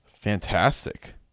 Fantastic